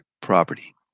property